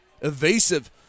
evasive